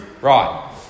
Right